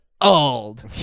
old